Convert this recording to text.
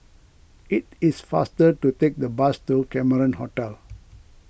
it is faster to take the bus to Cameron Hotel